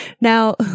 Now